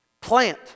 Plant